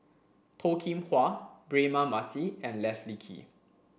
Toh Kim Hwa Braema Mathi and Leslie Kee